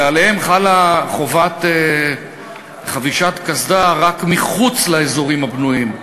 ועליהם חלה חובת חבישת קסדה רק מחוץ לאזורים הבנויים,